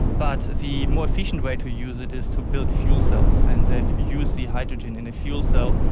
but the more efficient way to use it is to build fuel cells and then use the hydrogen in a fuel cell,